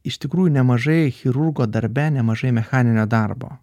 iš tikrųjų nemažai chirurgo darbe nemažai mechaninio darbo